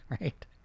right